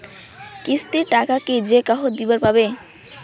কিস্তির টাকা কি যেকাহো দিবার পাবে?